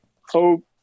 hope